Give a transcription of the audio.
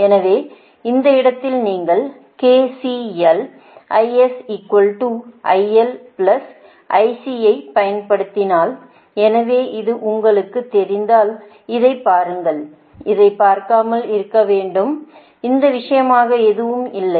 எனவே இந்த இடத்தில் நீங்கள் KCL ஐப் பயன்படுத்தினால் எனவே இது உங்களுக்குத் தெரிந்தால் இதைப் பாருங்கள் இதைப் பார்க்காமல் இருக்க வேண்டும் இந்த விஷயமாக எதுவும் இல்லை